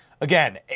again